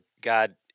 God